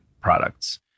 products